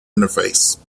interface